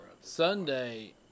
Sunday